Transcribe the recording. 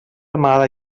armada